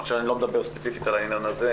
ועכשיו אני לא מדבר ספציפית על העניין הזה,